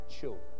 children